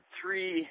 three